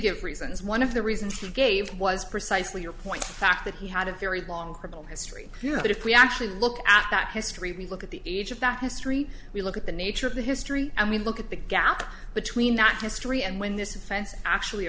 give reasons one of the reasons he gave was precisely your point fact that he had a very long criminal history but if we actually look at that history we look at the age of that history we look at the nature of the history and we look at the gap between that history and when this offense actually